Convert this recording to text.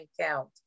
count